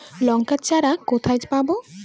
লঙ্কার চারা কোথায় পাবো?